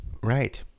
Right